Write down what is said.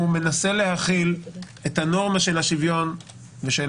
מנסה להכיל את הנורמה של השוויון ושל